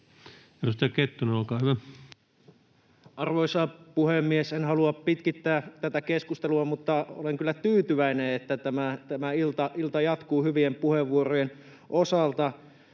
20:42 Content: Arvoisa puhemies! En halua pitkittää tätä keskustelua, mutta olen kyllä tyytyväinen, että tämä ilta jatkuu hyvien puheenvuorojen osalta.